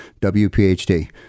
WPHD